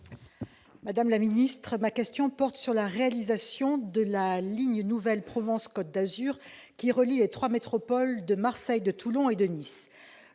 Madame la ministre, ma question porte sur la réalisation de la ligne nouvelle Provence-Côte d'Azur pour relier les trois métropoles régionales Marseille, Toulon et Nice.